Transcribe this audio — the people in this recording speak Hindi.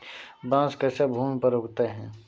बांस कैसे भूमि पर उगते हैं?